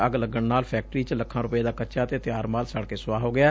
ਅੱਗ ਲੱਗਣ ਨਾਲ ਫੈਕਟਰੀ ਚ ਲੱਖਾਂ ਰੁਪੈ ਦਾ ਕੱਚਾ ਅਤੇ ਤਿਆਰ ਮਾਲ ਸੜ ਕੇ ਸੁੱਆਹ ਹੋ ਗਿਐ